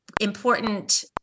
important